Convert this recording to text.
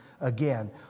again